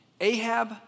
Ahab